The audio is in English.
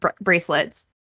bracelets